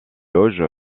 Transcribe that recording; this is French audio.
loge